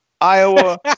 Iowa